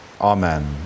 Amen